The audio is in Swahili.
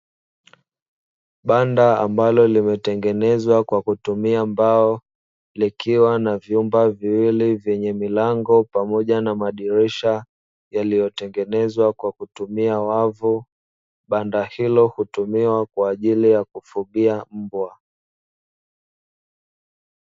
Banda ambalo limetengenezwa kwa kutumia mbao likiwa na vyumba viwili vyenye milango pamoja na madirisha yaliyotengenezwa kwa kutumia wavu, banda hilo hutumiwa kwa ajili ya kufugia mbwa.